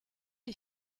est